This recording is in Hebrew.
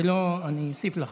אני אוסיף לך.